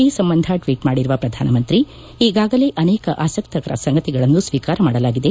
ಈ ಸಂಬಂಧ ಟ್ವೀಟ್ ಮಾಡಿರುವ ಪ್ರಧಾನಮಂತ್ರಿ ಈಗಾಗಲೇ ಅನೇಕ ಆಸಕ್ತಿಕರ ಸಂಗತಿಗಳನ್ನು ಸ್ತೀಕಾರ ಮಾಡಲಾಗಿದೆ